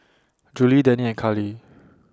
Julie Danny and Carlie